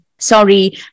Sorry